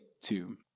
two